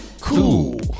Cool